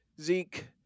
zeke